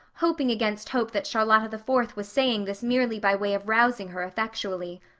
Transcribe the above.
hoping against hope that charlotta the fourth was saying this merely by way of rousing her effectually.